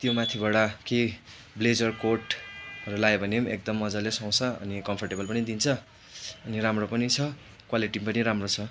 त्यो माथिबाट कि ब्लेजर कोटहरू लायो भने पनि एकदम मज्जाले सुहाउँछ अनि कम्फर्टेबल पनि दिन्छ अनि राम्रो पनि छ क्वालिटी पनि राम्रो छ